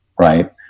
right